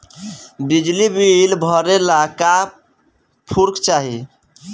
बिजली बिल भरे ला का पुर्फ चाही?